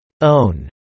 Own